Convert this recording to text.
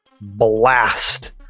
blast